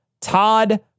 Todd